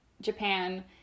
Japan